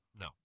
No